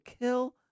kill